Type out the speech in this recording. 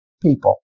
people